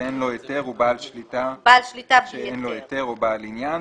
אין לו היתר והוא בעל שליטה או בעל עניין.